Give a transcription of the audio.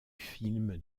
film